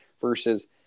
versus